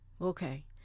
Okay